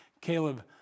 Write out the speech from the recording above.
Caleb